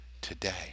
today